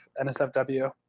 nsfw